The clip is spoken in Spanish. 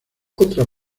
otra